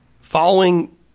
following